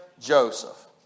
Joseph